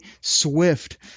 Swift